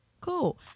Cool